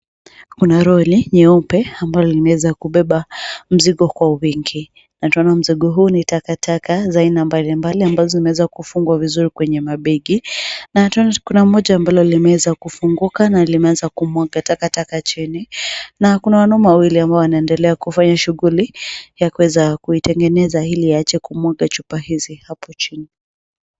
Kuna Lori nyeupe ambalo imeweza kubeba mzigo kwa uwingi. Mizigo huu ni takataka za aina mbalimbali ambazo zimeweza kufungwa vizuri kwenye mabegi Na kuna moja ambalo limeweza kufungwa na limeanza kumwaka takataka chini na kuna wanaume wawili ambao wanaendelea kufanya shughuli ya kuweza kulitengeneza ili yaaje kumwaka chupa hizi hapo chini.